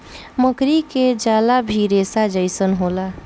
मकड़ी के जाला भी रेसा जइसन होला